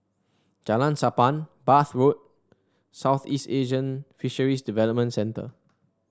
Jalan Sappan Bath Road Southeast Asian Fisheries Development Centre